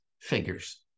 figures